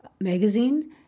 magazine